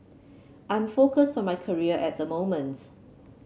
I'm focused on my career at the moment